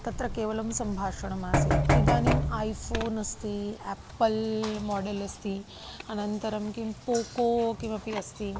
तत्र केवलं सम्भाषणम् आसीत् इदानीम् ऐ फ़ोन् अस्ति आप्पल् माडल् अस्ति अनन्तरं किं पोको किमपि अस्ति